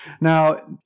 Now